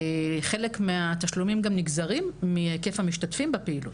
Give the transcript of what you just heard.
חלק מהתשלומים נגזרים מכמות המשתתפים בפעילות,